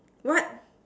what